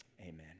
Amen